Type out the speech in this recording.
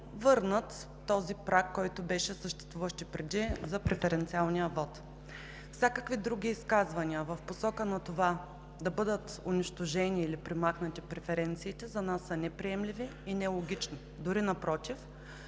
върнат този праг, който съществуваше и преди за преференциалния вот. Всякакви други изказвания в посока на това да бъдат унищожени или премахнати преференциите за нас са неприемливи и нелогични. Дори напротив,